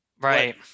Right